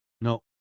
no